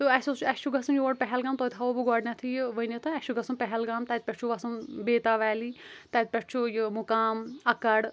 تہٕ اسہِ اوس اسہِ چھُ گَژھن یور پہلگام توہہِ تھاوو بہٕ گۄڈنٮ۪تھے یہِ وٕنِتھٕ اسہِ چھُ گَژُھن پہلگام تَتہِ پٮ۪ٹھ چھُ وَسُن بیتاب ویلی تَتہِ پٮ۪ٹھ چھُ یہِ مُقام اَکَڈ